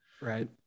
Right